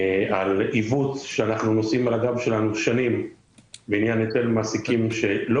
על עיוות שעושים על הגב שלנו שנים בעניין היטל מעסיקים שלא